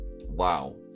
wow